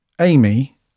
Amy